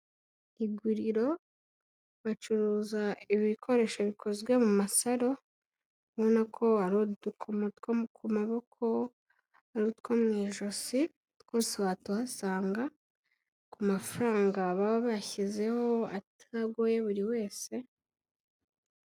Iguriro bacuruza ibikoresho bikozwe mu masaro, ubona ko ari udukomo two ku maboko, ari utwo mu ijosi, twose watuhasanga, ku mafaranga baba bashyizeho atagoye buri wese,,,